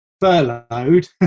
furloughed